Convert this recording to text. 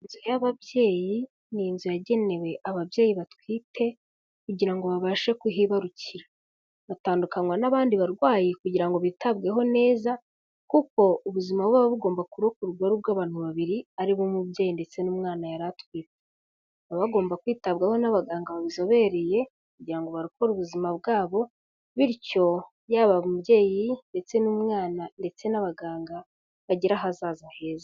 Inzu y'ababyeyi, ni inzu yagenewe ababyeyi batwite, kugira ngo babashe kuhibarukira. Batandukanywa n'abandi barwayi kugira ngo bitabweho neza, kuko ubuzima buba bugomba kurokorwarwa buba ari ubw'abantu babiri, ari bo umubyeyi ndetse n'umwana yari atwite. Baba bagomba kwitabwaho n'abaganga babizobereye kugira ngo barokore ubuzima bwabo, bityo yaba umubyeyi ndetse n'umwana ndetse n'abaganga bagira ahazaza heza.